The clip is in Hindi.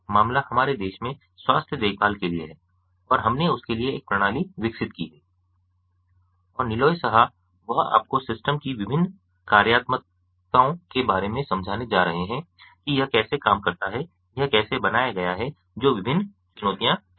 मामला हमारे देश में स्वास्थ्य देखभाल के लिए है और हमने उसके लिए एक प्रणाली विकसित की है और नीलोय सहा वह आपको सिस्टम की विभिन्न कार्यात्मकताओं के बारे में समझाने जा रहे हैं कि यह कैसे काम करता है यह कैसे बनाया गया है जो विभिन्न चुनौतियां क्या हैं